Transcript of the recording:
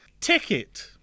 Ticket